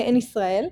בהן ישראל,